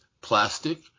plastic